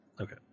Okay